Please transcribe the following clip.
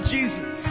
Jesus